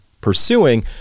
pursuing